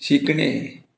शिकणे